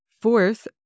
fourth